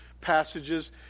passages